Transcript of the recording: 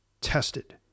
tested